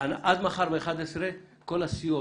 מחר ב-11:00 כל הסיעות,